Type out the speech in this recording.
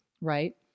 right